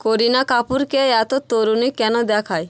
করিনা কাপুরকে এতো তরুণী কেন দেখায়